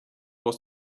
was